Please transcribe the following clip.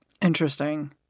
Interesting